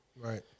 Right